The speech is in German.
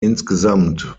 insgesamt